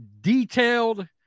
detailed